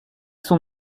son